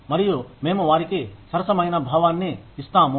మరియు మేము వారికి సరసమైన భావాన్ని ఇస్తాము